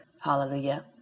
Hallelujah